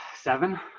Seven